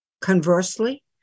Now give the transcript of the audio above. Conversely